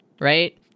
right